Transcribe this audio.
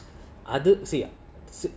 other see ah